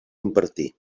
impartir